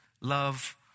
Love